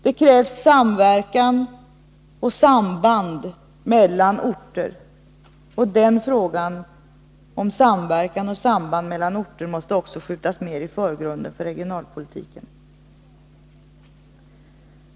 Det krävs samband och samverkan mellan orter, och den frågan måste också skjutas mer i förgrunden för regionalpolitiken.